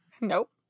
Nope